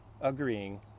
agreeing